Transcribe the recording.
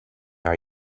are